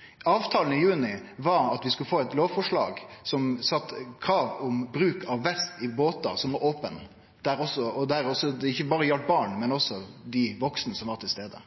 avtalen som blei inngått i juni. Avtalen i juni var at vi skulle få eit lovforslag som stilte krav om bruk av vest i båtar som var opne, der det ikkje berre gjeldt barn, men også dei vaksne som var til stades.